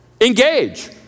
Engage